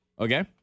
Okay